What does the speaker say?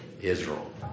Israel